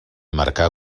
marcà